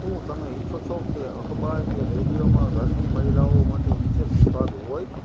શું તમે ઈચ્છો છો કે અખબાર કે રેડિયોમાં ઘરની મહિલાઓ માટે વિશેષ વિભાગ હોય